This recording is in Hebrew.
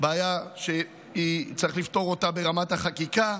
בעיה שצריך לפתור אותה ברמת החקיקה.